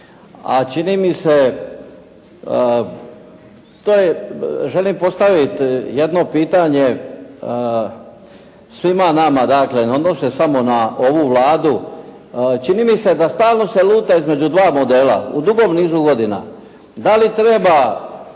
a čini mi se to je, želim postaviti jedno pitanje svima nama. Dakle, ne odnose se samo na ovu Vladu. Čini mi se da stalno se luta između dva modela u dugom nizu godina. Da li treba